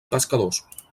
pescadors